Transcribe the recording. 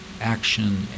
action